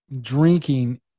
drinking